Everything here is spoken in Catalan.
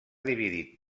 dividit